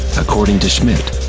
according to schmidt.